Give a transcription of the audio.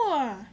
!wah!